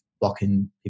blocking